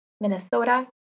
Minnesota